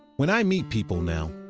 when i meet people now,